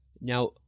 Now